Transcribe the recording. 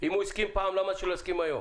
אם הוא הסכים פעם, למה שלא יסכים היום?